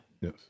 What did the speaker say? Yes